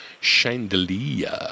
chandelier